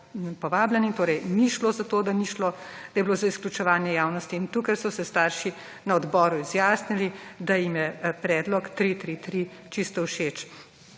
povabljeni. Torej, ni šlo za to, da je bilo izključevanje javnosti in tukaj so se starši na odboru izjasnili, da jim je predlog 3:3:3 čisto všeč.